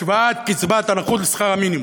השוואת קצבת הנכות לשכר המינימום.